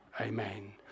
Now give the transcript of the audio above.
Amen